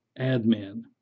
admin